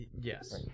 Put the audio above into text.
Yes